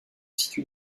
situe